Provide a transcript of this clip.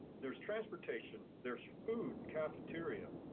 there's transportation, there's food and cafeteria,